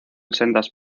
sendas